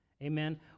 Amen